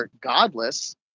godless